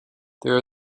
there